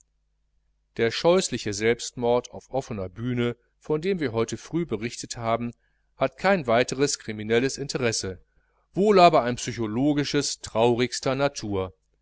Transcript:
der scheußliche selbstmord auf offener bühne von dem wir heute früh berichtet haben hat kein weiteres kriminelles interesse wohl aber eine psychologisches traurigster natur